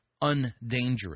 undangerous